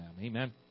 Amen